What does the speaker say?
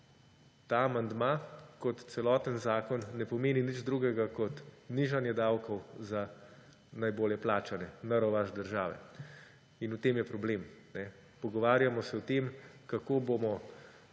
ta amandma, kot celoten zakon, ne pomeni nič drugega kot nižanje davkov za najbolje plačane na rovaš države. In v tem je problem. Pogovarjamo se o tem, kako bomo